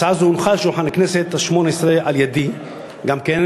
הצעה זו הונחה על שולחן הכנסת השמונה-עשרה על-ידי גם כן,